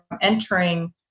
entering